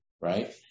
right